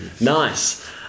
Nice